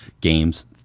games